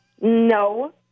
No